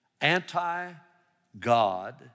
anti-God